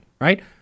right